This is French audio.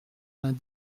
vingt